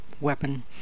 weapon